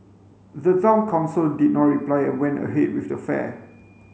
the Town Council did not reply and went ahead with the fair